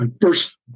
first